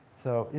so,